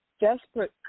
Desperate